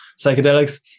psychedelics